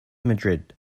madrid